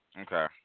Okay